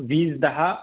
वीस दहा